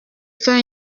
fait